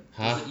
!huh!